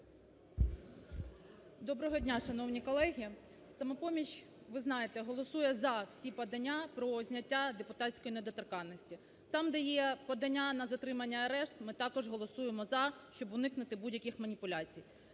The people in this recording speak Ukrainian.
Доброго дня, шановні колеги, "Самопоміч", ви знаєте голосує за всі подання про зняття депутатської недоторканності. Там, де є подання на затримання і арешт ми також голосуємо за, щоб уникнути будь-яких маніпуляцій.